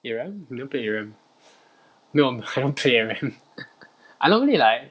aran I don't play aran 没玩 I don't play mm I only like